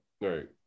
Right